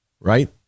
Right